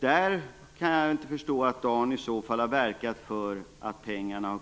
Jag kan inte förstå att han där har verkat för att pengarna